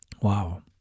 Wow